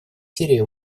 сирии